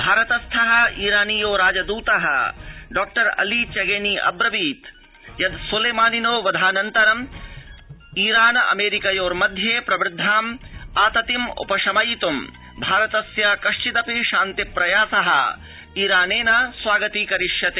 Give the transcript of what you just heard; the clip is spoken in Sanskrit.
भारत स्थ ईरानीयो राजदृत डॉअली चेगेनी अब्रवीत् यत् सोलेमानिनो वधाऽनन्तरम् ईरानामेरिकयोर्मध्ये प्रवृद्धाम् आततिम् उपशमयित्ं भारतस्य कश्चिदपि शान्ति प्रयास ईरानेन स्वागती करिष्यते